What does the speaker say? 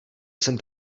jsem